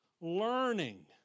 learning